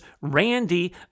Randy